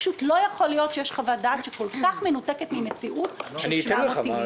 פשוט לא יכול להיות שיש חוות דעת שכל כך מנותקת ממציאות של 700 טילים.